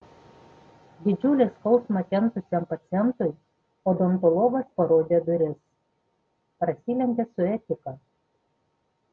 didžiulį skausmą kentusiam pacientui odontologas parodė duris prasilenkia su etika